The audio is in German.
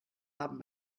haben